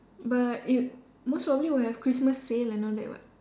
but it mostly probably will have Christmas sale and all that